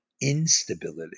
instability